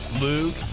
Luke